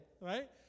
Right